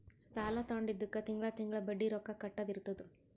ಸಾಲಾ ತೊಂಡಿದ್ದುಕ್ ತಿಂಗಳಾ ತಿಂಗಳಾ ಬಡ್ಡಿ ರೊಕ್ಕಾ ಕಟ್ಟದ್ ಇರ್ತುದ್